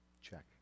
check